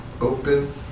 open